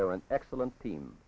they are an excellent team